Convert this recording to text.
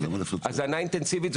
הזנה אינטנסיבית,